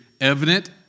evident